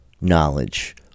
Knowledge